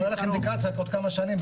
זה נותן לך אינדיקציה לעוד כמה שנים.